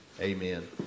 amen